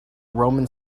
roman